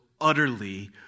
utterly